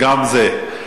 גם זה.